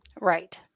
Right